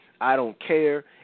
I-don't-care